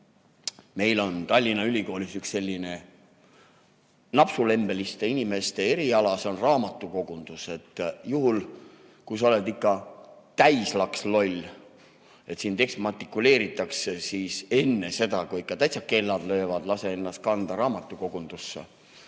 meil on Tallinna Ülikoolis üks selline napsulembeste inimeste eriala, see on raamatukogundus. Juhul kui sa oled ikka täislaksloll, sind [tahetakse] eksmatrikuleerida, siis enne seda, kui täitsa kellad löövad, lase ennast kanda raamatukogundusse.